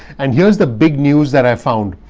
and here's the big news that i found.